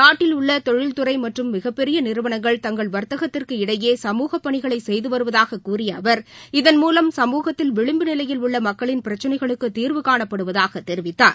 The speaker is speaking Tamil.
நாட்டில் உள்ள தொழில்துறை மற்றும் மிகப்பெரிய நிறுவனங்கள் தங்கள் வா்த்தகத்திற்கு இடையே சமூகப் பணிகளை செய்து வருவதாக கூறிய அவர் இதன் மூலம் சமூகத்தில் விளிம்பு நிலையில் உள்ள மக்களின் பிரச்சனைகளுக்கு தீர்வு காணப்படுவதாக தெரிவித்தார்